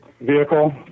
vehicle